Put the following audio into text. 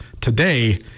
today